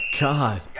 God